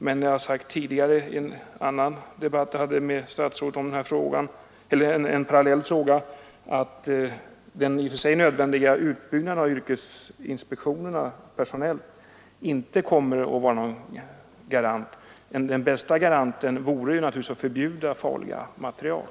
Men — det har jag sagt i en debatt som jag tidigare hade med statsrådet i en parallell fråga — den i och för sig nödvändiga personella utbyggnaden av yrkesinspektionen kommer inte att bli någon garanti. Den bästa garantin vore naturligtvis att förbjuda farliga material.